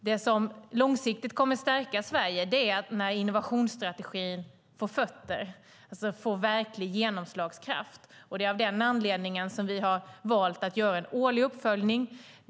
Det som långsiktigt kommer att stärka Sverige är när innovationsstrategin får fötter, alltså får verklig genomslagskraft. Det är av den anledningen som vi har valt att göra en årlig uppföljning.